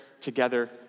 together